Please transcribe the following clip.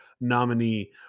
nominee